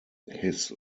his